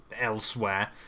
elsewhere